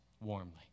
warmly